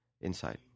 inside